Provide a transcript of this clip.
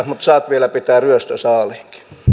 mutta saat vielä pitää ryöstösaaliinkin